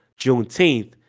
Juneteenth